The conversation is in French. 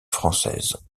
française